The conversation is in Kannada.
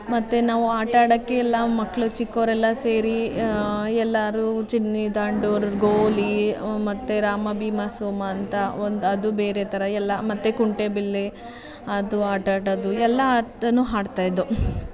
ಮತ್ತು ನಾವು ಆಟಾಡೋಕ್ಕೆ ಎಲ್ಲ ಮಕ್ಕಳು ಚಿಕ್ಕವರೆಲ್ಲ ಸೇರಿ ಎಲ್ಲರೂ ಚಿನ್ನಿ ದಾಂಡು ಗೋಲಿ ಮತ್ತು ರಾಮ ಭೀಮ ಸೋಮ ಅಂತ ಒಂದು ಅದು ಬೇರೆ ಥರ ಎಲ್ಲ ಮತ್ತು ಕುಂಟೆ ಬಿಲ್ಲೆ ಅದು ಆಟಾಡೋದು ಎಲ್ಲ ಆಟ ಆಡ್ತಾ ಇದ್ದು